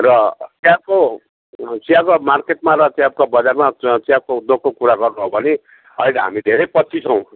र चियाको चियाको मार्केटमा र चियाको बजारमा चियाको उद्योगको कुरा गर्नु हो भने अहिले हामी धेरै पछि छौँ